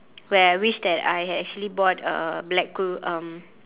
where I wish that I had actually bought a blacker um